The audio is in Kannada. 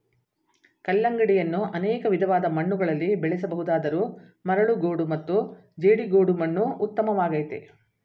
ಕಲ್ಲಂಗಡಿಯನ್ನು ಅನೇಕ ವಿಧವಾದ ಮಣ್ಣುಗಳಲ್ಲಿ ಬೆಳೆಸ ಬಹುದಾದರೂ ಮರಳುಗೋಡು ಮತ್ತು ಜೇಡಿಗೋಡು ಮಣ್ಣು ಉತ್ತಮವಾಗಯ್ತೆ